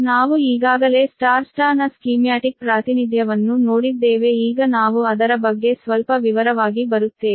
ನಾವು ಈಗಾಗಲೇ Y Y ನ ಸ್ಕೀಮ್ಯಾಟಿಕ್ ಪ್ರಾತಿನಿಧ್ಯವನ್ನು ನೋಡಿದ್ದೇವೆ ಈಗ ನಾವು ಅದರ ಬಗ್ಗೆ ಸ್ವಲ್ಪ ವಿವರವಾಗಿ ಬರುತ್ತೇವೆ